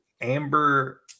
amber